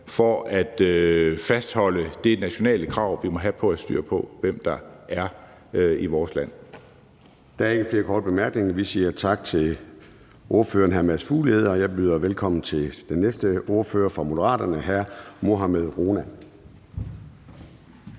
for at fastholde det nationale krav, vi må have, for at have styr på, hvem der er i vores land. Kl. 10:28 Formanden (Søren Gade): Der er ikke flere korte bemærkninger. Vi siger tak til ordføreren, hr. Mads Fuglede, og jeg byder velkommen til den næste ordfører fra Moderaterne, hr. Mohammad Rona.